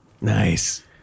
Nice